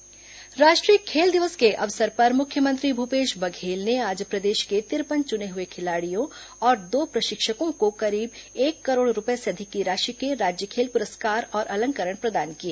खेल अलंकरण पुरस्कार राष्ट्रीय खेल दिवस के अवसर पर मुख्यमंत्री भूपेश बघेल ने आज प्रदेश के तिरपन चुने हुए खिलाड़ियों और दो प्रशिक्षकों को करीब एक करोड़ रूपये से अधिक की राशि के राज्य खेल पुरस्कार और अलंकरण प्रदान किए